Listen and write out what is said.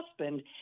husband